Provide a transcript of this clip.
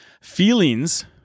Feelings